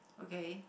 okay